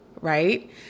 right